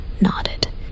nodded